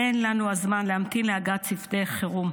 אין לנו הזמן להמתין להגעת צוותי חירום.